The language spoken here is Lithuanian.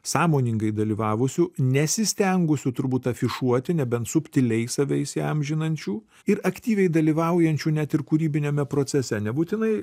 sąmoningai dalyvavusių nesistengusių turbūt afišuoti nebent subtiliai save įsiamžinančių ir aktyviai dalyvaujančių net ir kūrybiniame procese nebūtinai